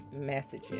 messages